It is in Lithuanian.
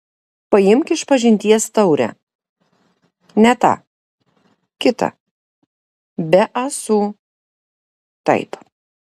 paimk išpažinties taurę ne tą kitą be ąsų taip